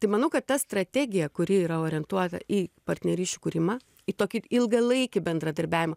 tai manau kad ta strategija kuri yra orientuota į partnerysčių kūrimą į tokį ilgalaikį bendradarbiavimą